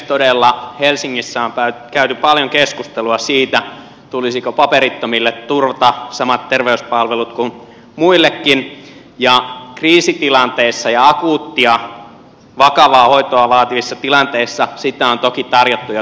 todella helsingissä on käyty paljon keskustelua siitä tulisiko paperittomille turvata samat terveyspalvelut kuin muillekin ja kriisitilanteissa ja akuuttia vakavaa hoitoa vaativissa tilanteissa sitä on toki tarjottu jo tähän saakka